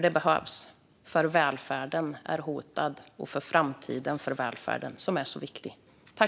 Det behövs nu och för framtiden eftersom vår viktiga välfärd är hotad.